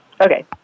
Okay